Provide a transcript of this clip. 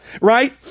right